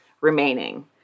remaining